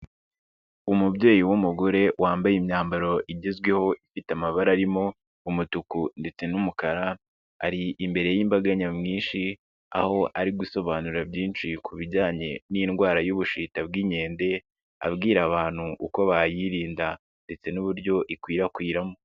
Umubyeyi w'umugore wambaye imyambaro igezweho, ifite amabara arimo umutuku ndetse n'umukara, ari imbere y'imbaga nyamwinshi, aho ari gusobanura byinshi ku bijyanye n'indwara y'ubushita bw'inkende, abwira abantu uko bayirinda ndetse n'uburyo ikwirakwiramo.